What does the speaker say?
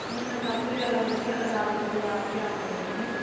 ਨਹੀਂ ਮਤਲਬ ਸਭ ਤੋਂ ਜ਼ਿਆਦਾ ਵਧੀਆ ਅਦਾਲਤ ਬਾਜ਼ਾਰ ਅਤੇ ਆਹ ਨੇ ਹੈ ਨਾ ਜੀ